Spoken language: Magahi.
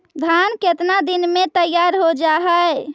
धान केतना दिन में तैयार हो जाय है?